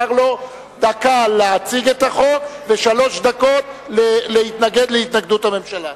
לו דקה להציג את החוק ושלוש דקות להתנגד להתנגדות הממשלה.